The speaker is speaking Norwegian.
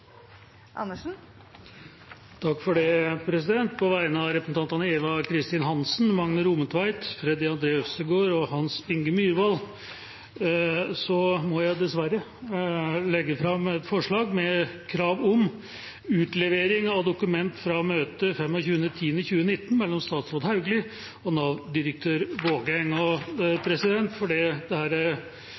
På vegne av representantene Eva Kristin Hansen, Magne Rommetveit, Freddy André Øvstegård, Hans Inge Myrvold og meg selv må jeg dessverre framsette et representantforslag om krav om utlevering av dokument fra møtet den 25. oktober 2019 mellom statsråd Anniken Hauglie og